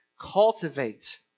cultivate